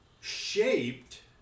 shaped